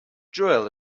joel